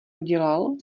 udělal